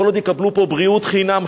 כל עוד יקבלו פה בריאות חינם,